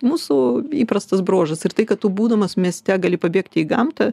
mūsų įprastas bruožas ir tai kad būdamas mieste gali pabėgti į gamtą